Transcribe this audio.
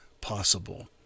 possible